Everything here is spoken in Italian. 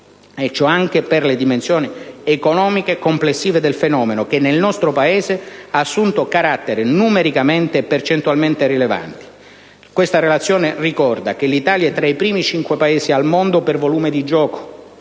Ciò anche per le dimensioni economiche complessive del fenomeno, che nel nostro Paese hanno assunto caratteri numericamente e percentualmente rilevanti. La relazione ricorda che «l'Italia è tra i primi cinque Paesi al mondo per volume di gioco: